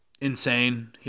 insane